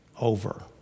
over